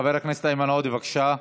חבר הכנסת איימן עודה, בבקשה.